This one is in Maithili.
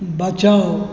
बचाउ